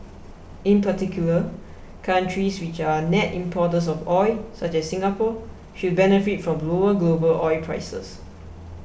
in particular countries which are net importers of oil such as Singapore should benefit from lower global oil prices